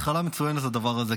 התחלה מצוינת לדבר הזה,